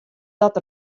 dat